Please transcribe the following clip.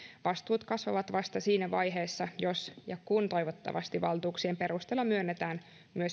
vastuut kasvavat vasta siinä vaiheessa jos ja kun toivottavasti valtuuksien perusteella myönnetään